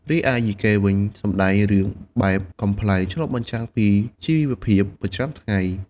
រីឯ យីកេ វិញ សម្ដែងរឿងបែបកំប្លែង ឆ្លុះបញ្ចាំងពីជីវភាពប្រចាំថ្ងៃ។